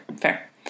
Fair